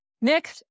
Nick